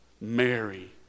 Mary